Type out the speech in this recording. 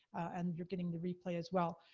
and you're getting the replay, as well.